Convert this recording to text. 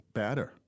better